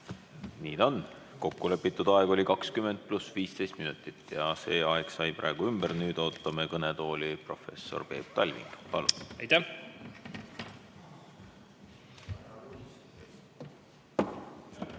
Nii ta on. Kokku lepitud aeg oli 20 + 15 minutit ja see aeg sai praegu ümber. Nüüd ootame kõnetooli professor Peep Talvingut.